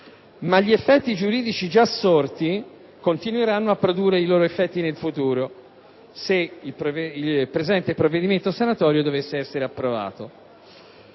ma gli effetti giuridici già sorti continueranno a produrre i loro effetti *pro futuro*, se il presente provvedimento sanatorio dovesse essere approvato.